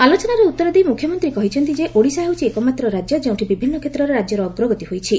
ଆଲୋଚନାରେ ଉତ୍ତର ଦେଇ ମୁଖ୍ୟମନ୍ତୀ କହିଛନ୍ତି ଯେ ଓଡ଼ିଶା ହେଉଛି ଏକମାତ୍ର ରାଜ୍ୟ ଯେଉଁଠି ବିଭିନ୍ନ କ୍ଷେତ୍ରରେ ରାଜ୍ୟର ଅଗ୍ରଗତି ହୋଇଛି